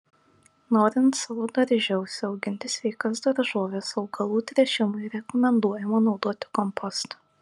norint savo darže užsiauginti sveikas daržoves augalų tręšimui rekomenduojama naudoti kompostą